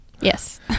Yes